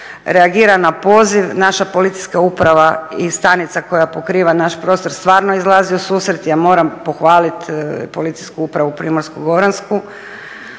Reagira na poziv. Naša policijska uprava i stanica koja pokriva naš prostor stvarno izlazi u susret. Ja moram pohvaliti Policijsku upravu Primorsko-goransku